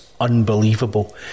unbelievable